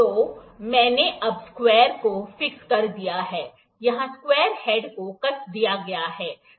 तो मैंने अब स्क्वायर को फिक्स कर दिया है यहां स्क्वायर हेड को कस दिया गया है